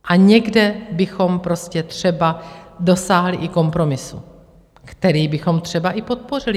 A někde bychom prostě třeba dosáhli i kompromisu, který bychom třeba i podpořili.